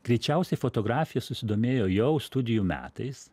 greičiausiai fotografija susidomėjo jau studijų metais